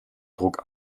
druck